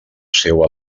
seu